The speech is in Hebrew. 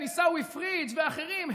עיסאווי פריג' ואחרים,